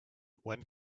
when